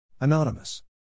Anonymous